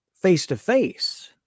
face-to-face